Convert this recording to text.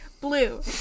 Blue